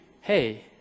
Hey